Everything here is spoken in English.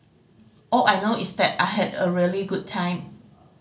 all I know is that I had a really good time